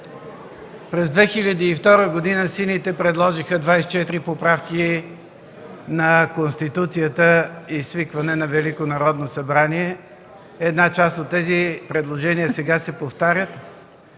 През 2002 г. сините предложиха 24 поправки на Конституцията и свикване на Велико Народно събрание. Част от тези предложения сега се повтарят.